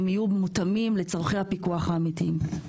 הם יהיו מותאמים לצורכי הפיקוח האמיתיים.